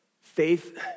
Faith